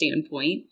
standpoint